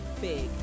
big